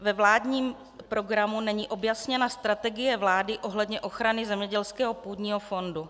Ve vládním programu není objasněna strategie vlády ohledně ochrany zemědělského půdního fondu.